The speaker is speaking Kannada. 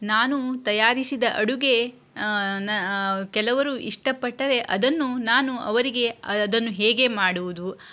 ನಾನು ತಯಾರಿಸಿದ ಅಡುಗೆ ನ ಕೆಲವರು ಇಷ್ಟಪಟ್ಟರೆ ಅದನ್ನು ನಾನು ಅವರಿಗೆ ಅದನ್ನು ಹೇಗೆ ಮಾಡುವುದು